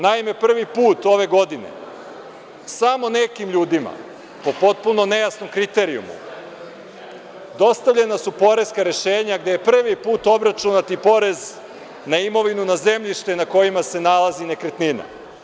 Naime, prvi put ove godine samo nekim ljudima pod potpuno nejasnim kriterijumom dostavljena su poreska rešenja gde je prvi put obračunat i porez na imovinu, na zemljište na kojima se nalazi nekretnina.